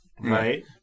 right